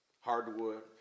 hardwood